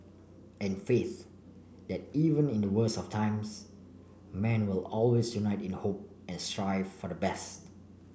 and faith that even in the worst of times man will always unite in the hope and strive for the best